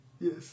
Yes